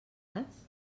dades